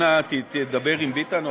אנא דבר עם ביטן.